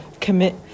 commit